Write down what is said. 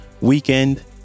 weekend